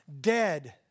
dead